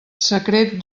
secret